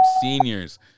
Seniors